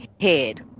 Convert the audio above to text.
head